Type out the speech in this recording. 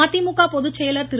மதிமுக பொதுச்செயலர் திரு